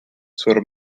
sur